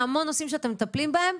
בהמון נושאים שאתם מטפלים בהם,